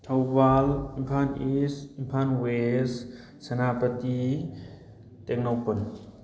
Thoubal Imphal east Imphal west Senapati Tengnoupal